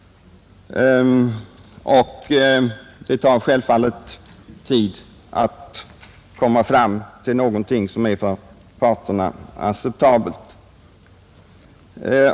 Det har självfallet tagit tid att komma fram till någonting som är för parterna acceptabelt.